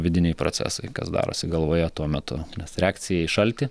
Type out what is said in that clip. vidiniai procesai kas darosi galvoje tuo metu nes reakcija į šaltį